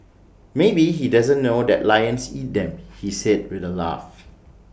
maybe he doesn't know that lions eat them he said with A laugh